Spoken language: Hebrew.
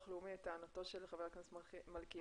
הלאומי את טענתו של חבר הכנסת מלכיאלי.